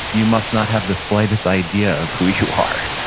you must not have the slightest idea of who you are,